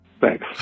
Thanks